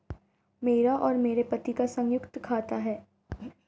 मेरा और मेरे पति का संयुक्त खाता है